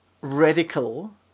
radical